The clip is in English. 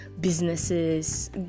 businesses